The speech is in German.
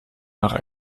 nach